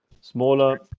smaller